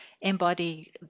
embody